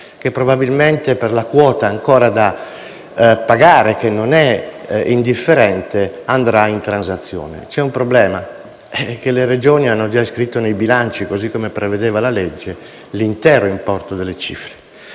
che probabilmente per la quota ancora da pagare, che non è indifferente, andrà in transazione. C'è però un problema; le Regioni hanno già iscritto nei bilanci, così come prevedeva la legge, l'intero importo delle cifre.